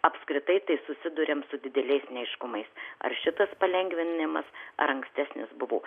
apskritai tai susiduriam su dideliais neaiškumais ar šitas palengvinimas ar ankstesnis buvo